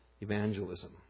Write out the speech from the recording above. evangelism